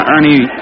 Ernie